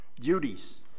duties